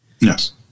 yes